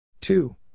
two